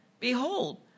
Behold